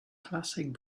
classic